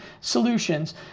solutions